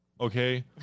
Okay